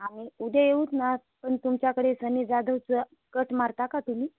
आणि उद्या येऊच ना पण तुमच्याकडे सनी जाधवचं कट मारता का तुम्ही